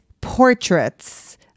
portraits